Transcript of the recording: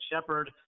Shepard